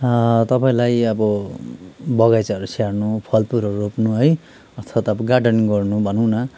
तपाईँलाई अब बगैँचाहरू स्याहार्नु फलफुलहरू रोप्नु है अथवा गार्डनिङ्ग गर्नु भनौँ न